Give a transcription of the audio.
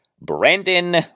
Brandon